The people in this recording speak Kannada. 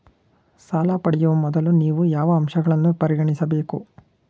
ಸಾಲ ಪಡೆಯುವ ಮೊದಲು ನೀವು ಯಾವ ಅಂಶಗಳನ್ನು ಪರಿಗಣಿಸಬೇಕು?